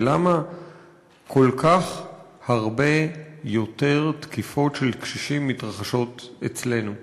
ולמה כל כך הרבה יותר תקיפות של קשישים מתרחשות אצלנו.